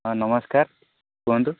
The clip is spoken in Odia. ହଁ ନମସ୍କାର କୁହନ୍ତୁ